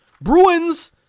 Bruins